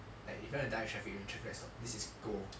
like if you want to direct traffic then traffic light stop this is go